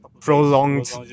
prolonged